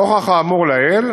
נוכח האמור לעיל,